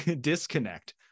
disconnect